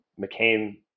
McCain